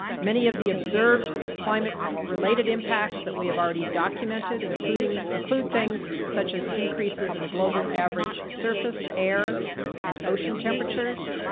many of the observed climate related impacts that we have already documented, including include things such as increases in global average surface air and ocean temperatures,